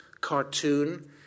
cartoon